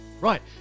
Right